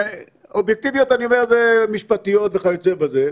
ואובייקטיביות, אני אומר, זה משפטיות וכיוצא בזה.